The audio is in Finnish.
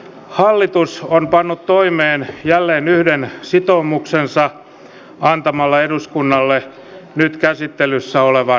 hallitus on pannut toimeen jälleen yhden sitoumuksensa antamalla eduskunnalle nyt käsittelyssä olevan selonteon